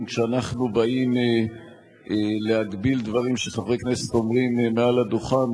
כשאנחנו באים להגביל דברים שחברי כנסת אומרים מעל הדוכן,